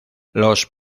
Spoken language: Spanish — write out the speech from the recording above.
los